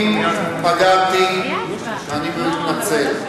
אם פגעתי אני מתנצל.